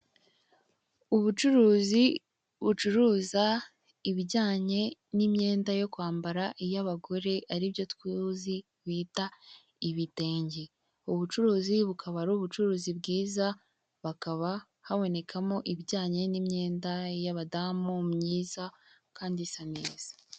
Ubucuruzi bucuruza ibijyanye n'imyenda yo kwambara y'abagore aribyo tuzi bita ibitenge. Ubucuruzi, bukaba ari ubucuruzi bwiza, bakaba habonekamo ibijyanye n'imyenda y'abadamu myiza kandi isa neza.